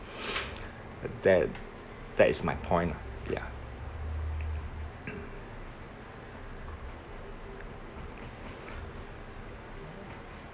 that that is my point ah ya